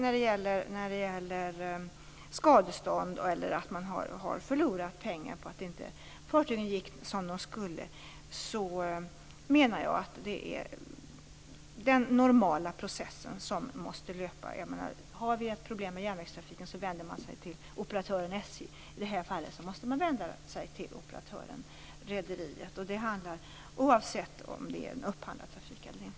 När det gäller frågan om skadestånd, eller att man förlorat pengar på att fartygen inte gick som de skulle, menar jag att den normala processen måste löpa. Har man ett problem med järnvägstrafiken vänder man sig till operatören SJ. I det här fallet måste man vända sig till operatören rederiet. Det gäller oavsett om det är en upphandlad trafik eller inte.